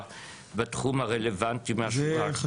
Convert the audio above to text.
לפורום יש תפקיד מיוחד